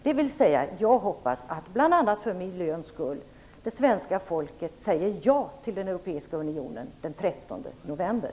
Jag hoppas alltså att svenska folket, bl.a. för miljöns skull, säger ja till den europeiska unionen den 13 november.